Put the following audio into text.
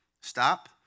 Stop